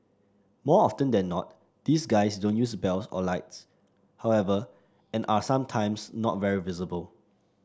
more often than not these guys don't use bells or lights however and are sometimes not very visible